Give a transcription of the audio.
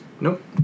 Nope